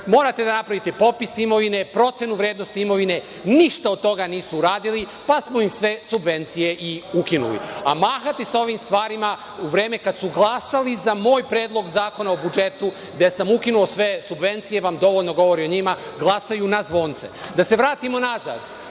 Morate da napravite popis imovine, procenu vrednosti imovine. Ništa od toga nisu uradili, pa smo im sve subvencije i ukinuli. Mahati sa ovim stvarima, u vreme kada su glasali za moj predlog zakona o budžetu, gde sam ukinuo sve subvencije vam dovoljno govori o njima, glasaju na zvonce. Da se vratimo nazad,